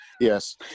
Yes